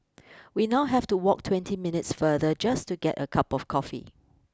we now have to walk twenty minutes farther just to get a cup of coffee